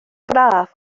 braf